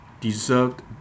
deserved